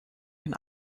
den